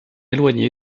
éloigné